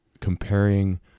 comparing